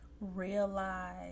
realize